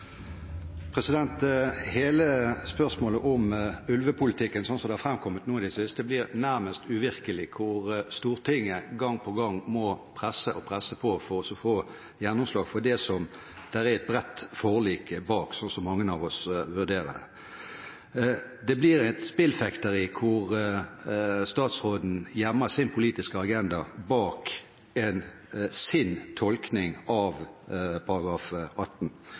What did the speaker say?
Hele spørsmålet om ulvepolitikken, slik det er framkommet nå i det siste, blir nærmest uvirkelig, og Stortinget må gang på gang presse og presse på for å få gjennomslag for det som det er et bredt forlik bak, slik som mange av oss vurderer det. Det blir et spillfekteri hvor statsråden gjemmer sin politiske agenda bak sin tolkning av § 18.